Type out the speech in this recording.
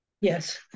Yes